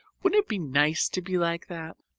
wouldn't it be nice to be like that?